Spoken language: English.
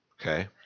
Okay